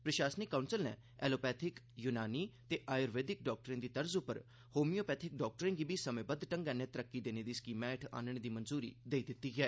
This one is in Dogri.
प्रशासनिक काउंसल नै एलोपैथिक युनानी ते आयुर्वेदिक डॉक्टरें दी तर्ज पर होमियोपैथिक डॉक्टरें गी बी समेंबद्ध ढंगै नै तरक्की देने दी स्कीमै हेठ आनने दी मंजूरी देई दित्ती ऐ